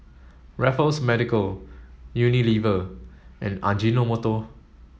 Raffles Medical Unilever and Ajinomoto